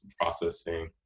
processing